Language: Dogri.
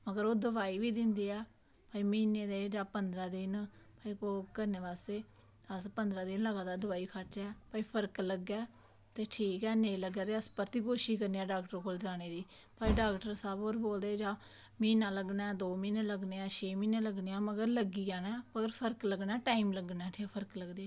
अगर ओह् दोआई बी दिंदे आ म्हाने दी जां पंदरां दिन दी एह् करने बास्तै ते अस पंदरां बीह् दिन दोआई खाचै ते फर्क लग्गे ते ठीक ऐ नेईं तां अस परतियै कोशिश करने आं डॉक्टर कोल जाने दी पर डॉक्टर आक्खदा ऐ की म्हीना लग्गना ऐ दौं म्हीने लग्गने न छे म्हीने लग्गने न पर लग्गी जाने न होर टाईम लग्गना फर्क लग्गने गी